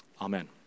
Amen